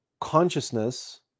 consciousness